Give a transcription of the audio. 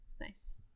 Nice